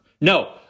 No